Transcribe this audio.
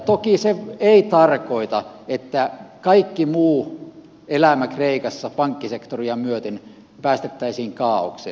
toki se ei tarkoita että kaikki muu elämä kreikassa pankkisektoria myöten päästettäisiin kaaokseen